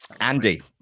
Andy